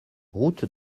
route